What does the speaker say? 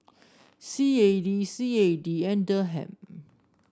C A D C A D and Dirham